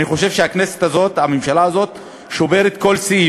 אני חושב שהממשלה הזאת שוברת כל שיא.